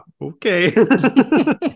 okay